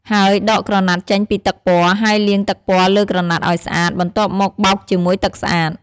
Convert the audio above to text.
ហើយដកក្រណាត់ចេញពីទឹកពណ៌ ហើយលាងទឹកពណ៌លើក្រណាត់អោយស្អាត បន្ទាប់មកបោកជាមួយទឹកស្អាត។